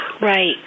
Right